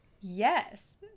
yes